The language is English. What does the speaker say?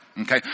Okay